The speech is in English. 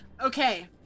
Okay